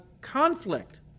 conflict